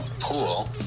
Pool